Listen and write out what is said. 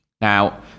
Now